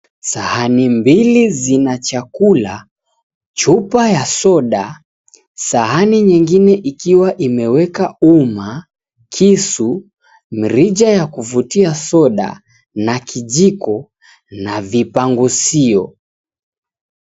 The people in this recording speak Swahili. Sahani mbili zina chakula, chupa ya soda, sahani nyingine ikiwa imeweka uma, kisu, mrija ya kuvutia soda, na kijiko na vipanguzio.